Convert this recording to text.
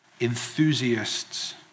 enthusiasts